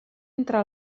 entre